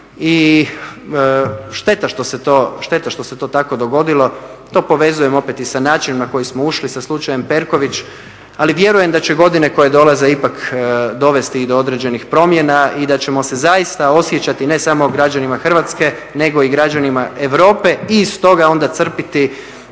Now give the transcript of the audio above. i šteta što se to tako dogodilo, to povezujem opet i sa načinom na koji smo ušli, sa slučajem Perković, ali vjerujem da će godine koje dolaze ipak dovesti i do određenih promjena i da ćemo se zaista osjećati, ne samo građanima Hrvatske, nego i građanima Europe i iz toga onda crpiti